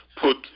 put